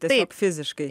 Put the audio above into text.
tiesiog fiziškai